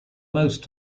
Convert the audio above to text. most